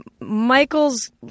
Michael's